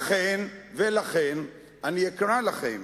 לכן אני אקרא לכם